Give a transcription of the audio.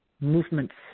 movements